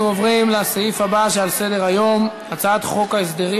אנחנו עוברים לסעיף הבא שעל סדר-היום: הצעת חוק הסדרים